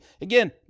again